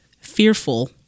fearful